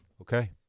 Okay